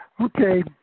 Okay